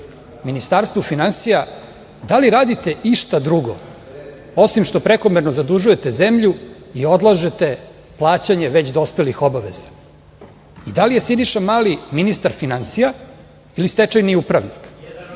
Ministarstvu finansija – da li radite išta drugo osim što prekomerno zadužujete zemlju i odlažete plaćanje već dospelih obaveza i da li je Siniša Mali, ministar finansija ili stečajni upravnik? Već